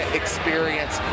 experience